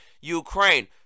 Ukraine